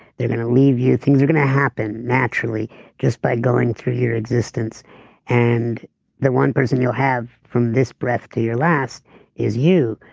they're going to leave you, things are going to happen naturally just by going through your existence and the one person you'll have from this breath to your last is you.